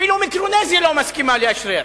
אפילו מיקרונזיה לא מסכימה לאשרר.